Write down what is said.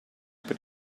per